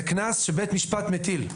זה קנס שבית המשפט מטיל.